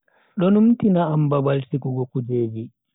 Do numtina am babal sigugo kujeji.